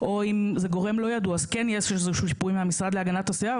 או אם זה גורם לא ידוע אז כן יהיה איזשהו שיפוי מהמשרד להגנת הסביבה,